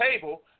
table